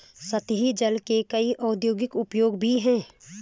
सतही जल के कई औद्योगिक उपयोग भी हैं